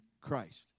Christ